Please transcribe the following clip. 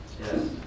Yes